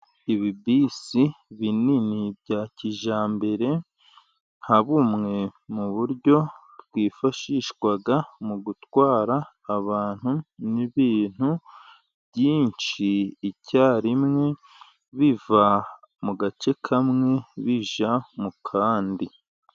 Ibibisi binini bya kijyambere, nka bumwe mu buryo bwifashishwa mu gutwara abantu n'ibintu byinshi icyarimwe biva mu gace kamwe bijya mu kandi.